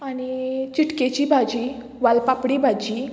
आनी चिटकेची भाजी वालपापडी भाजी